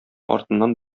артыннан